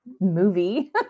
movie